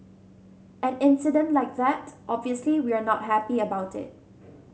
an incident like that obviously we are not happy about it